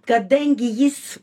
kadangi jis